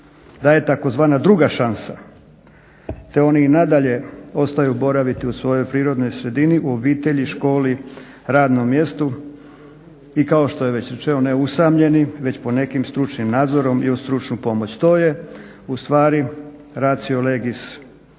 daje tzv. druga šansa te oni i nadalje ostaju boraviti u svojoj prirodnoj sredini, obitelji, školi, radnom mjestu i kao što je već rečeno ne usamljeni već po nekim stručnim nadzorom i uz stručnu pomoć. To je ustvari racio legis